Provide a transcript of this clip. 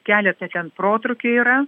keliose ten protrūkių yra